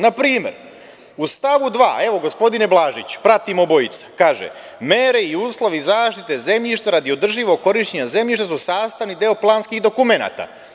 Na primer, u stavu 2, evo gospodine Blaži, pratimo obojica, kaže – mere i uslovi zaštite zemljišta radi održivog korišćenja zemljišta su sastavni deo planskih dokumenata.